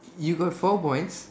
you got four points